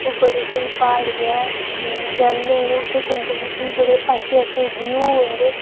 और बड़ी स्हेई प्हाड़ी ऐ झरने न उत्थै जंदे मौके बड़े अच्छे अच्छे व्यू औंदे